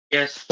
Yes